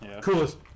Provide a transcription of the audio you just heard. Coolest